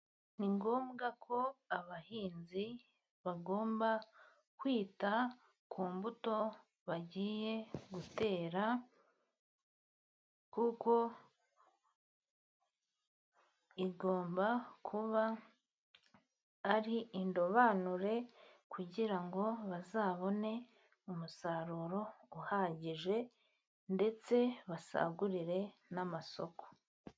Ni ngombwa ko abahinzi bagomba kwita ku mbuto bagiye gutera, kuko igomba kuba ari indobanure, kugira ngo bazabone umusaruro uhagije ndetse basagurire n'amasoko.